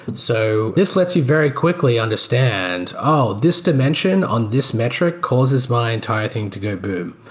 and so this lets you very quickly understand, oh, this dimension on this metric causes my entire thing to go boom.